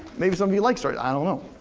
maybe some of you like stories, i don't know.